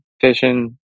fishing